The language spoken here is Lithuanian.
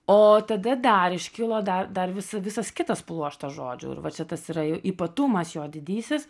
o tada dar iškilo dar dar vis visas kitas pluoštas žodžių ir va čia tas yra ypatumas jo didysis